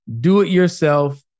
do-it-yourself